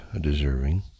deserving